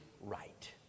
right